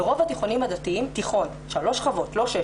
ברוב התיכונים הדתיים תיכון, שלוש שכבות, לא שש.